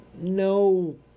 No